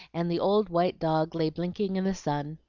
and the old white dog lay blinking in the sun.